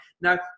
now